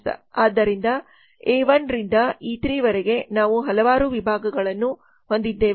ಆದ್ದರಿಂದ ಎ 1 ರಿಂದ ಇ 3 ರವರೆಗೆ ನಾವು ಹಲವಾರು ವಿಭಾಗಗಳನ್ನು ಹೊಂದಿದ್ದೇವೆ